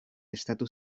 estatu